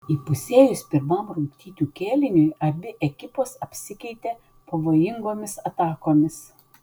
įpusėjus pirmam rungtynių kėliniui abi ekipos apsikeitė pavojingomis atakomis